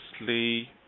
mostly